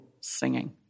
singing